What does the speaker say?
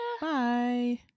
Bye